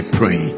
pray